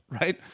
right